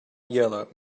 yellow